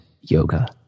yoga